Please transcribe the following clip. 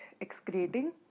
excreting